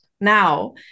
now